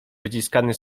wyciskany